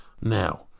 now